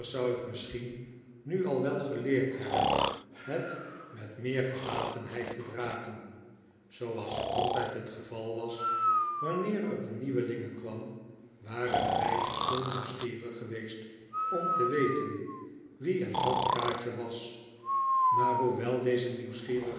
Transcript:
zou ik misschien nu al wel geleerd hebben het met meer gelatenheid te dragen zooals altijd het geval was wanneer er een nieuwelinge kwam waren de meisjes dol nieuwsgierig geweest om te weten wie en wat kaatje was maar hoewel deze